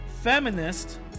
feminist